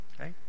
Okay